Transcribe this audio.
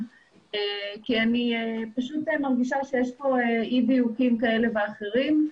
כי אני פשוט מרגישה שיש פה אי דיוקים כאלה ואחרים.